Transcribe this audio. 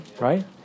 right